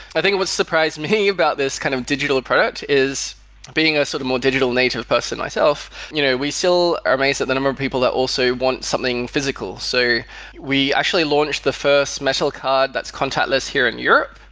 i think that's surprised me about this kind of digital product is being a sort of more digital native person myself. you know we still are amazed at the number of people that also want something physical. so we actually launched the first metal card that's contactless here in europe,